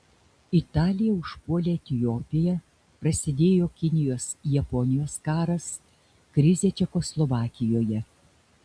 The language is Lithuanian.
italija užpuolė etiopiją prasidėjo kinijos japonijos karas krizė čekoslovakijoje